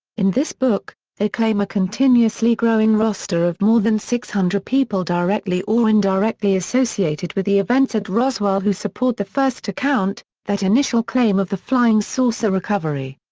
in this book, they claim a continuously growing roster of more than six hundred people directly or indirectly associated with the events at roswell who support the first account that initial claim of the flying saucer recovery.